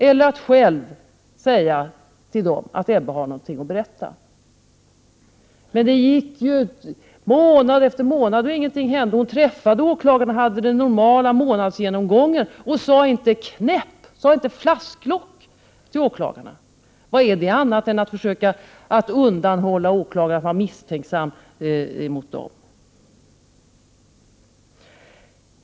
Eller också kunde hon själv ha sagt till åklagarna att Ebbe Carlsson har någonting att berätta. Men här gick månad efter månad, och ingenting hände. Anna-Greta Leijon träffade åklagarna och hade den normala månadsgenomgången, men hon sade inte ett knäpp, hon sade inte flasklock till åklagarna. Vad är det annat än att försöka undanhålla åklagarna information och vara misstänksam mot dem?